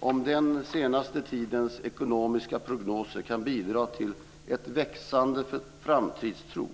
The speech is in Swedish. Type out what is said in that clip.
om den senaste tidens ekonomiska prognoser kan bidra till en växande framtidstro.